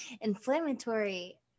inflammatory